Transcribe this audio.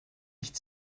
nicht